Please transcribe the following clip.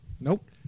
Nope